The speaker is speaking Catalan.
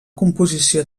composició